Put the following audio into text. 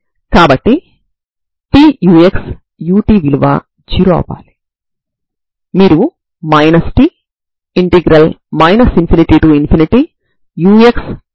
కాబట్టి ఇది మనం స్టర్మ్ లియోవిల్లే సిద్ధాంతంలో చూసిన విధంగానే ఉంటుంది